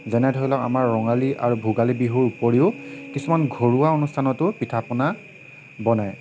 যেনে ধৰি লওঁক আমাৰ ৰঙালী আৰু ভোগালী বিহুৰ উপৰিও কিছুমান ঘৰুৱা অনুষ্ঠানতো পিঠা পনা বনায়